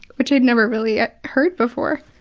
which i'd never really ah heard before.